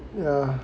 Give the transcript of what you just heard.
yeah